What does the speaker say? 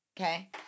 Okay